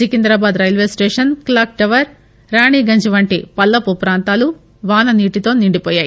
Secunderabad railway station clock tower Ranigunj వంటి పల్లపు ప్రాంతాలు వాననీటితో నిండిపోయాయి